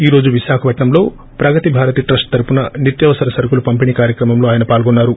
ఈ రోజు విశాఖపట్నంలో ప్రగతి భారతి ట్రస్టు తరపున నిత్యవసర సరుకులు పంపిణీ కార్యక్రమంలో పాల్గొన్నారు